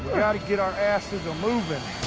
got to get our asses a-movin'.